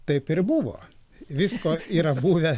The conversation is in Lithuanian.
taip ir buvo visko yra buvęs